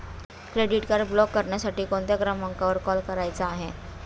Credit card block करण्यासाठी कोणत्या क्रमांकावर कॉल करायचा आहे?